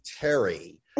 terry